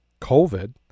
COVID